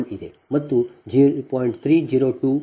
1 ಇದೆ ಮತ್ತು 0